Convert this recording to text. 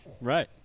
right